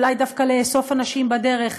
אולי דווקא לאסוף אנשים בדרך,